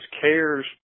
cares